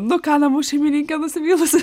nu ką namų šeimininkė nusivylusi